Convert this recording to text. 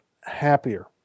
happier